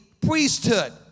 priesthood